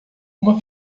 uma